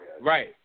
Right